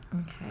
okay